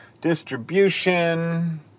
distribution